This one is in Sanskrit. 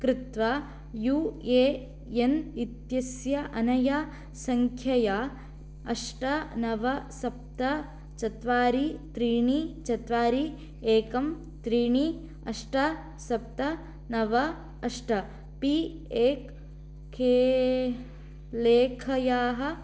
कृत्वा यू ए एन् इत्यस्य अनया सङ्ख्यया अष्ट नव सप्त चत्वारि त्रीणि चत्वारि एकम् त्रीणि अष्ट सप्त नव अष्ट पी एक् खे लेखयाः